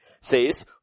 Says